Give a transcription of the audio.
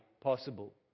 possible